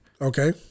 Okay